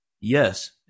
Yes